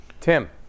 Tim